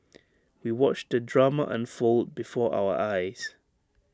we watched the drama unfold before our eyes